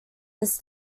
his